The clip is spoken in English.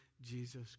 Jesus